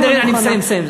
בסדר, הנה אני מסיים.